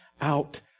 out